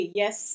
yes